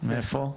מאיפה?